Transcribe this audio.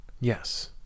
yes